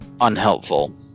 ...unhelpful